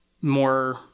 more